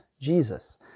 Jesus